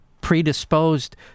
predisposed